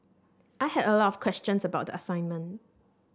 I had a lot of questions about the assignment